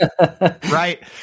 right